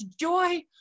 joy